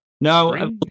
no